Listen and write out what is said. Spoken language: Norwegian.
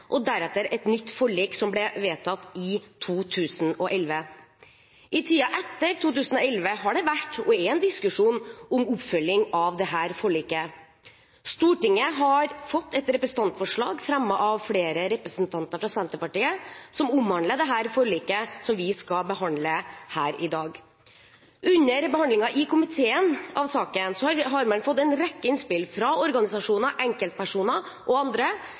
og deretter et nytt forlik, som ble vedtatt i 2011. I tiden etter 2011 har det vært – og er – en diskusjon om oppfølgingen av dette forliket. Stortinget har fått til behandling et representantforslag – fremmet av flere representanter fra Senterpartiet – som omhandler forliket, og som vi skal behandle her i dag. Komiteen har under behandlingen av saken fått en rekke innspill fra organisasjoner, enkeltpersoner og andre